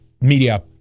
media